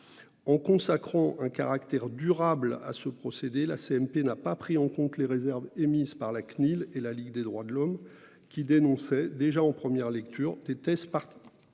En consacrant un caractère durable à ce procédé, la commission mixte paritaire n'a pas pris en compte les réserves émises par la Cnil et la Ligue des droits de l'homme qui dénonçaient déjà en première lecture des tests particulièrement